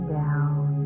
down